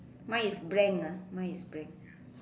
mine is blank ah mine is blank